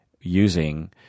using